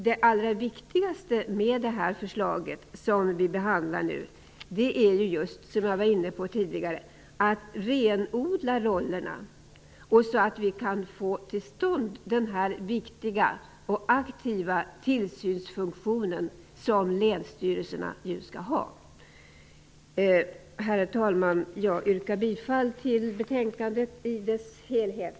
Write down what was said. Som jag tidigare var inne på är det allra viktigaste med det förslag som vi nu behandlar att renodla rollerna, så att vi kan få till stånd den viktiga och aktiva tillsynsfunktionen som länsstyrelserna nu skall ha. Herr talman! Jag yrkar bifall till hemställan i utskottets betänkande i dess helhet.